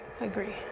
agree